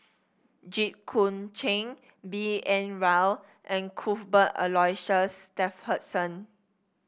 Jit Koon Ch'ng B N Rao and Cuthbert Aloysius Shepherdson